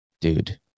Dude